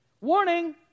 Warning